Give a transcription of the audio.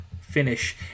finish